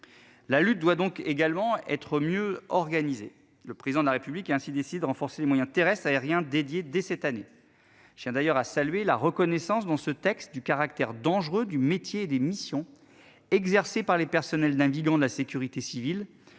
La lutte doit donc également être mieux organisé, le président de la République ainsi décide de renforcer les moyens terrestres, aériens dédié dès cette année. Je tiens d'ailleurs à saluer la reconnaissance dans ce texte du caractère dangereux du métier des missions exercées par les personnels navigants de la sécurité civile